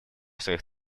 своих